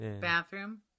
bathroom